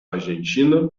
argentina